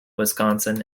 wisconsin